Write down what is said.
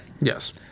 Yes